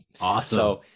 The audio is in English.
Awesome